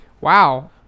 wow